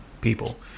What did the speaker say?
people